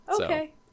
Okay